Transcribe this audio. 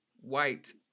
white